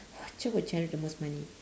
what job would generate the most money